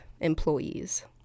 employees